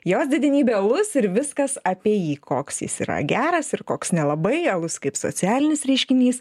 jo didenybė alus ir viskas apie jį koks jis yra geras ir koks nelabai alus kaip socialinis reiškinys